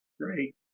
great